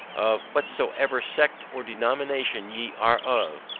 of whatsoever sect or denomination ye are of,